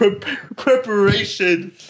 preparation